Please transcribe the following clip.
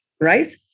right